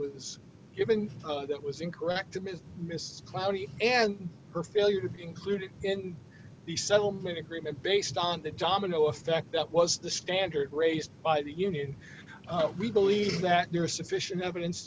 was given that was incorrect of ms mists cloudy and her failure to be included in the settlement agreement based on the domino effect that was the standard raised by the union we believe that there is sufficient evidence